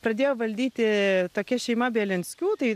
pradėjo valdyti tokia šeima bielinskių tai